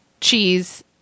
cheese